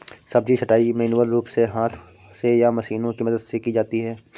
सब्जी छँटाई मैन्युअल रूप से हाथ से या मशीनों की मदद से की जाती है